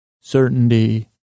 certainty